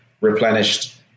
replenished